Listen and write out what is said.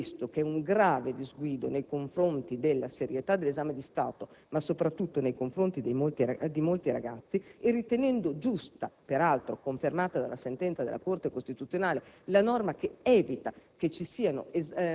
Al fine di evitare questo, che è un grave disguido nei confronti della serietà dell'esame di Stato, ma soprattutto nei confronti di molti ragazzi, e ritenendo giusta - peraltro confermata dalla sentenza della Corte costituzionale - la norma che evita